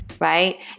right